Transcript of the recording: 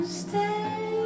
stay